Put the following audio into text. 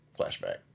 flashback